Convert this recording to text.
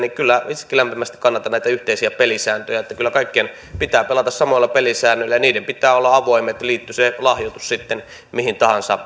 kyllä itsekin lämpimästi kannatan näitä yhteisiä pelisääntöjä että kyllä kaikkien pitää pelata samoilla pelisäännöillä ja niiden pitää olla avoimet liittyi se lahjoitus sitten mihin tahansa